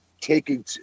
taking